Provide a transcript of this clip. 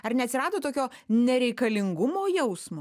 ar neatsirado tokio nereikalingumo jausmo